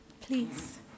please